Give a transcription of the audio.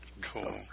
Cool